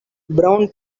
brown